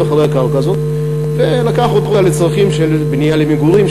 אחרי הקרקע הזאת ולקח אותה לצרכים של בנייה למגורים,